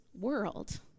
world